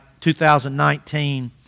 2019